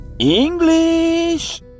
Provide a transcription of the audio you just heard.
English